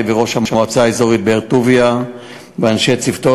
וראש המועצה האזורית באר-טוביה ואנשי צוותו,